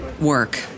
work